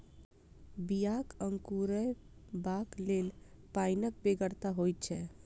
बियाक अंकुरयबाक लेल पाइनक बेगरता होइत छै